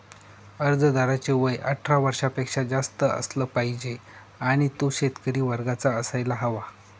अर्जदाराचे वय अठरा वर्षापेक्षा जास्त असलं पाहिजे आणि तो शेतकरी वर्गाचा असायला हवा